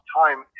time